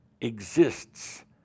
exists